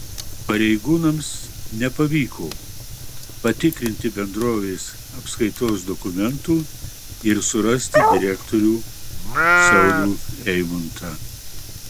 pareigūnams nepavyko patikrinti bendrovės apskaitos dokumentų ir surasti direktorių saulių eimuntą